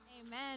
Amen